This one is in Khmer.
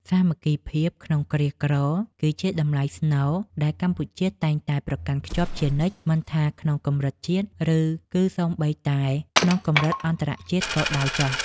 សាមគ្គីភាពក្នុងគ្រាក្រគឺជាតម្លៃស្នូលដែលកម្ពុជាតែងតែប្រកាន់ខ្ជាប់ជានិច្ច មិនថាក្នុងកម្រិតជាតិ ឬ គឺសូម្បីតែក្នុងកម្រិតអន្តរជាតិក៏ដោយចុះ។